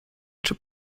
czy